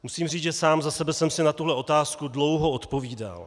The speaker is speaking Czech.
Musím říct, že sám za sebe jsem si na tuhle otázku dlouho odpovídal.